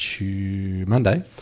Monday